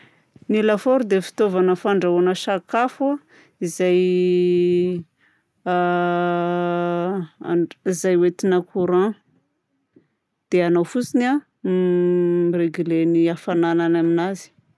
Ny lafaoro dia fitaovana fandrahoana sakafo izay a izay ho entina courant dia anao fotsiny a m- mi-reglé hafananany aminazy.